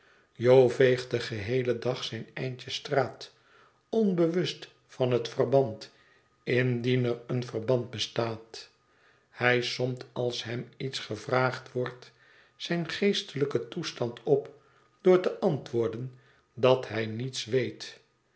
jo veegt den geheelen dag zijn eindje straat onbewust van dat verband indien er een verband bestaat hij somt als hem iets gevraagd wordt zijn geestelijken toestand op door te antwoorden dat hij niets weet